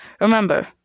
Remember